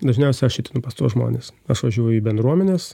dažniausiai aš ateinu pas tuos žmones aš važiuoju į bendruomenes